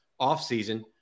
offseason